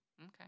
okay